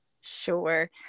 Sure